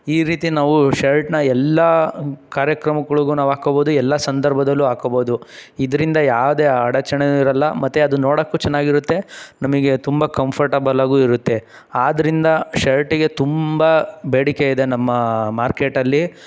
ಈ ರೀತಿ ನಾವು ಶರ್ಟನ್ನ ಎಲ್ಲ ಕಾರ್ಯಕ್ರಮಗಳ್ಗೂ ನಾವು ಹಾಕೋಬೋದು ಎಲ್ಲ ಸಂದರ್ಭದಲ್ಲೂ ಹಾಕೋಬೋದು ಇದರಿಂದ ಯಾವುದೇ ಅಡಚಣೆನೂ ಇರೋಲ್ಲ ಮತ್ತು ಅದು ನೋಡೋಕ್ಕೂ ಚೆನ್ನಾಗಿರುತ್ತೆ ನಮಗೆ ತುಂಬ ಕಂಫರ್ಟಬಲಾಗೂ ಇರುತ್ತೆ ಆದ್ದರಿಂದ ಶರ್ಟಿಗೆ ತುಂಬ ಬೇಡಿಕೆ ಇದೆ ನಮ್ಮ ಮಾರ್ಕೆಟಲ್ಲಿ